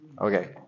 Okay